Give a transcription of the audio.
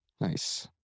Nice